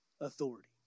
authority